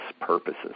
purposes